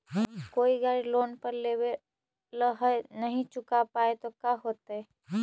कोई गाड़ी लोन पर लेबल है नही चुका पाए तो का होतई?